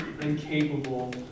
incapable